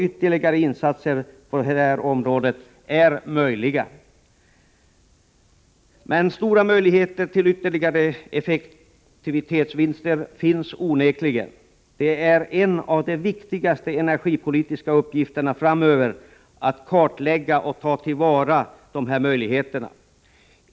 Ytterligare insatser på detta område är möjliga. Stora möjligheter till ytterligare effektivitetsvinster finns onekligen. Det är en av de viktigaste energipolitiska uppgifterna framöver att kartlägga och ta till vara dessa möjligheter.